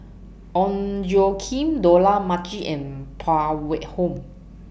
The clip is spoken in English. Ong Tjoe Kim Dollah Majid and Phan Wait Hong